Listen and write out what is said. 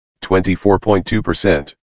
24.2%